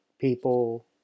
people